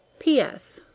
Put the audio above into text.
p s.